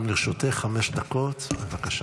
גם לרשותך חמש דקות, בבקשה.